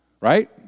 Right